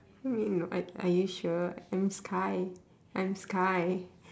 mean are are you sure I'm sky I'm sky